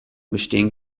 bestehen